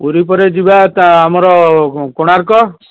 ପୁରୀ ପରେ ଯିବା ତା' ଆମର କୋଣାର୍କ